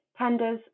pandas